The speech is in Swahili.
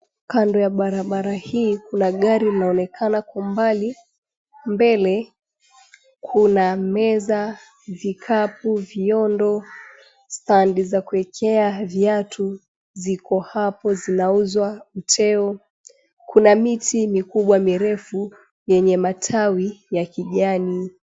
Kando ya barabara hii kuna gari linaloonekana kwa umbali. Mbele kuna meza, vikapu, viondo, standi za kuekea viatu ziko hapo zinauzwa, uteo, kuna miti mikubwa mirefu yenye matawi ya kijani.